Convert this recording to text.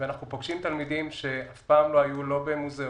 אנחנו פוגשים תלמידים שאף פעם לא היו לא במוזיאונים,